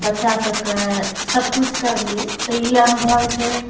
बच्चासबके सबकिछु करलिए तऽ ई अनुभव छै